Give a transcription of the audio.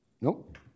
Nope